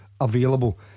Available